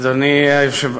אדוני היושב,